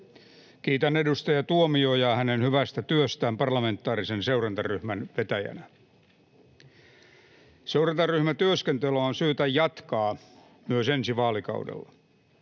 Kiitän edustaja Tuomiojaa hänen hyvästä työstään parlamentaarisen seurantaryhmän vetäjänä. Seurantaryhmän työskentelyä on syytä jatkaa myös ensi vaalikaudella.